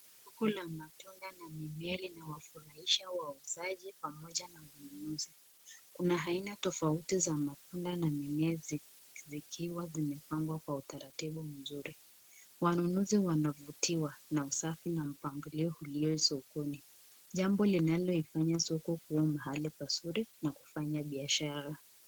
Soko la matunda na mimea linajumuisha wauzaji pamoja na wanunuzi. Kuna aina tofauti za matunda na mimea zikiwa zimepangwa kwa utaratibu mzuri. Wanunuzi wanavutiwa na usafi na mpangilio ulio sokoni; jambo linaloifanya soko kuwa mahali pazuri na kufanya biashara.